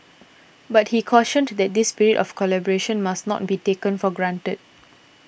but he cautioned that this spirit of collaboration must not be taken for granted